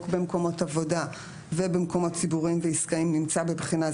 במקומות עבודה ובמקומות ציבוריים ועסקיים נמצא בבחינה,